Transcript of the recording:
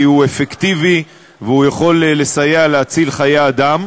כי הוא אפקטיבי והוא יכול לסייע בהצלת חיי אדם.